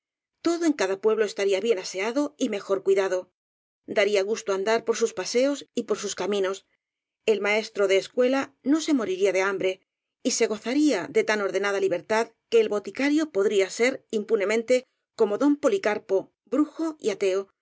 todo en cada pueblo estaría bien aseado y mejor cuidado daría gusto andar por sus paseos y por sus caminos el maestro de escuela no se mo riría de hambre y se gozaría de tan ordenada li bertad que el boticario podría ser impunemente como don policarpo brujo y ateo